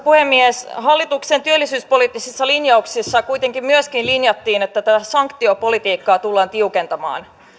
puhemies hallituksen työllisyyspoliittisissa linjauksissa kuitenkin myöskin linjattiin että tätä sanktiopolitiikkaa tullaan tiukentamaan